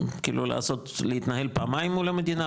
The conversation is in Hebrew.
כאילו להתנהל פעמיים מול המדינה,